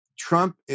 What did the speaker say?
Trump